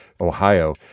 Ohio